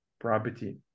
property